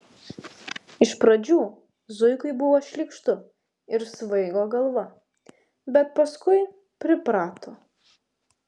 iš pradžių zuikai buvo šlykštu ir svaigo galva bet paskui priprato